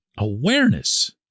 awareness